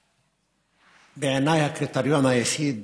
בעיניי, הקריטריון היחיד